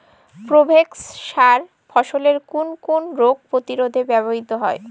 Provex সার ফসলের কোন কোন রোগ প্রতিরোধে ব্যবহৃত হয়?